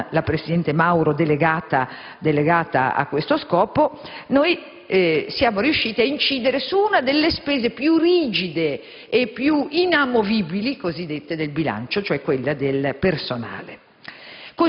con la presidente Mauro delegata a questo scopo, siamo riusciti ad incidere su una delle spese più rigide e più inamovibili del bilancio, cioè quella del personale.